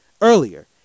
earlier